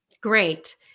Great